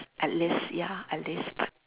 at least ya at least but